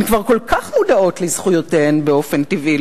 הן כבר כל כך מודעות לזכויותיהן באופן טבעי,